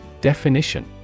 Definition